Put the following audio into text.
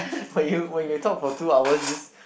when you when you talk for two hours just